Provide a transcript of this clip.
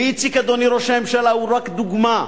ואיציק, אדוני ראש הממשלה, הוא רק דוגמה.